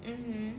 mmhmm